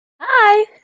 Hi